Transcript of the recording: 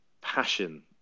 passion